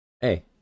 Hey